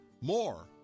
More